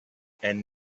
and